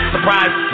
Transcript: Surprise